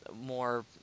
more